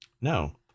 No